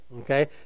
Okay